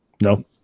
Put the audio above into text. No